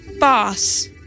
Boss